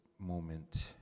moment